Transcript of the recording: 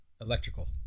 electrical